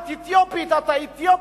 את אתיופית,